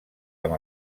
amb